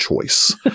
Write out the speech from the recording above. choice